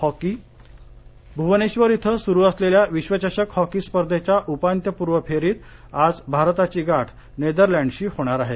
hockey Bhubaneswar इथे सुरू असलेल्या विश्वचषक हॉकी स्पर्धेच्या उपान्त्यपूर्व फेरीत आज भारताची गाठ नेदरलँडशी होणार आहे